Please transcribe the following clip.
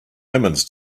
omens